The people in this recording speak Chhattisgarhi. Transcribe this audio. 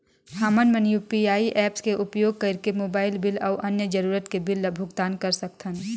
हमन मन यू.पी.आई ऐप्स के उपयोग करिके मोबाइल बिल अऊ अन्य जरूरत के बिल ल भुगतान कर सकथन